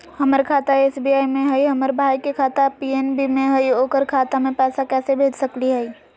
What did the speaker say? हमर खाता एस.बी.आई में हई, हमर भाई के खाता पी.एन.बी में हई, ओकर खाता में पैसा कैसे भेज सकली हई?